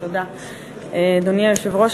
אדוני היושב-ראש,